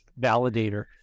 validator